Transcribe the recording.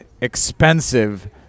expensive